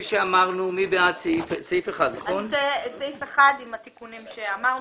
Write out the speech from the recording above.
מי בעד אישור סעיף 1 עם התיקונים שאמרנו,